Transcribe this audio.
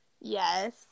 Yes